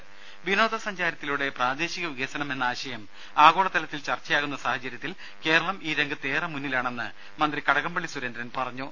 രേര വിനോദ സഞ്ചാരത്തിലൂടെ പ്രാദേശിക വികസനം എന്ന ആശയം ആഗോള തലത്തിൽ ചർച്ചയാകുന്ന സാഹചര്യത്തിൽ കേരളം ഈ രംഗത്ത് ഏറെ മുന്നിലാണെന്ന് മന്ത്രി കടകംപള്ളി സുരേന്ദ്രൻ പറഞ്ഞു